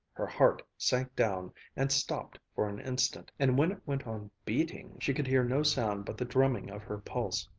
her heart sank down and stopped for an instant, and when it went on beating she could hear no sound but the drumming of her pulse.